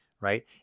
right